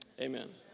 Amen